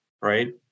right